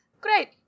Great